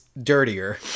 dirtier